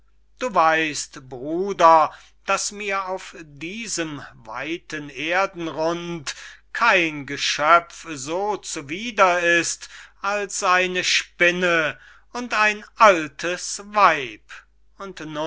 du weist bruder daß mir auf diesem weiten erdenrund kein geschöpf so zuwider ist als eine spinne und ein altes weib und